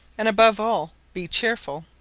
and above all, be cheerful.